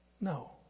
No